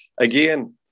Again